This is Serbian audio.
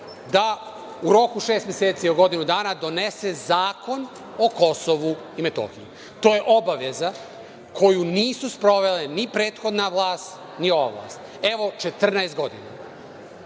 da u roku od šest meseci ili godinu dana donese zakon o Kosovu i Metohiji. To je obaveza koju nisu sprovele ni prethodna vlast ni ova vlast, evo 14 godina.